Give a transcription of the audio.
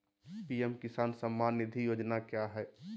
PM Kisan Samman Nidhi Yojana क्या है?